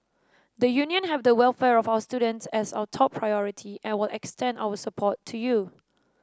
the Union have the welfare of our students as our top priority and will extend our support to you